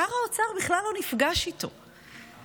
שר האוצר בכלל לא נפגש איתו,